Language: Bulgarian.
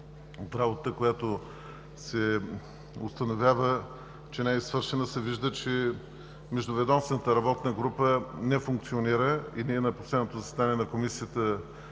от работата, която се установява, че не е свършена, се вижда, че Междуведомствената работна група не функционира. На последното заседание на Комисията